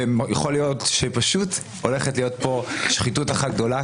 יכול להיות שפשוט הולכת להיות פה שחיתות אחת גדולה,